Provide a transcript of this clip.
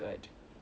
so ya